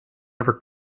never